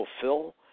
fulfill